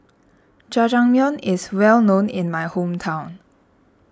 Jajangmyeon is well known in my hometown